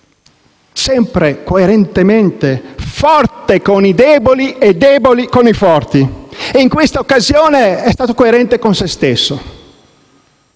sempre, coerentemente, forte con i deboli e debole con i forti. E in questa occasione è stato coerente con se stesso.